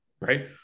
right